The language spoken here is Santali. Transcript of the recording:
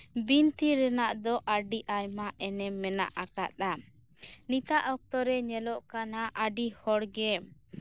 ᱵᱤᱱᱛᱤ ᱨᱮᱱᱟᱜ ᱫᱚ ᱟᱹᱰᱤᱟᱴ ᱟᱭᱢᱟ ᱮᱱᱮᱢ ᱢᱮᱱᱟᱜ ᱟᱠᱟᱫᱼᱟ ᱱᱤᱛᱟᱜ ᱚᱠᱛᱚᱨᱮ ᱧᱮᱞᱚᱜ ᱠᱟᱱᱟ ᱟᱹᱰᱤ ᱦᱚᱲᱜᱮ